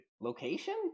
Location